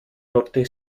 norte